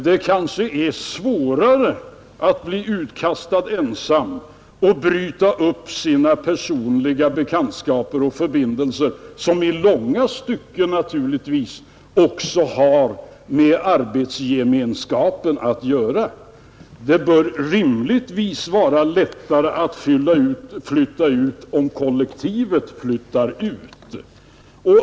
Det kanske är svårare att bli utflyttad ensam och bryta upp sina personliga bekantskaper och förbindelser, som i långa stycken naturligtvis också har med arbetsgemenskapen att göra. Det bör rimligtvis vara lättare att flytta ut om kollektivet flyttar ut.